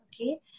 okay